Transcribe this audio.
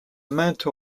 maintes